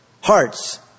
hearts